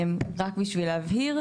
רק בשביל להבהיר,